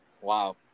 Wow